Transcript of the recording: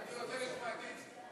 אני רוצה לשמוע את איציק.